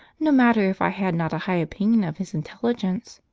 no matter if i had not a high opinion of his intelligence.